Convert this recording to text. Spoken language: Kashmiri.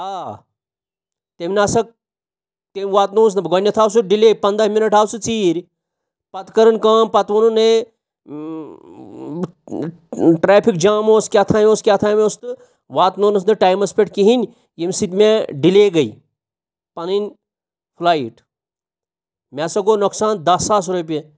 آ تٔمۍ نسا تٔمۍ واتنووُس نہٕ بہٕ گۄڈٕنٮ۪تھ آو سُہ ڈِلیے پنٛداہ مِنَٹ آو سُہ ژیٖرۍ پَتہٕ کٔرٕن کٲم پَتہٕ ووٚنُن ہے ٹرٛیفِک جام اوس کیٛاہتانۍ اوس کیٛاہتانۍ اوس تہٕ واتنوونَس نہٕ ٹایمَس پٮ۪ٹھ کِہیٖنٛۍ ییٚمہِ سۭتۍ مےٚ ڈِلیے گٔے پَنٕنۍ فُلایٹ مےٚ ہَسا گوٚو نۄقصان دَہ ساس رۄپیہِ